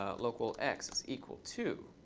ah local x is equal to,